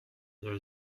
there